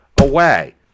away